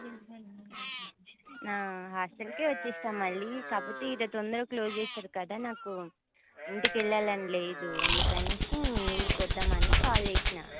హాస్టల్కే వచ్చేస్తా మళ్ళీ కాకపోతే ఇది తొందరగా క్లోజ్ చేసేసారు కదా నాకు ఇంటికి వెళ్ళాలని లేదు అందుకు అనేసి మీ ఊరికి వద్దామని కాల్ చేసినా